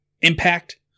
Impact